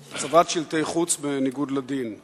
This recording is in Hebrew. הצבת שלטי חוצות בניגוד לדין.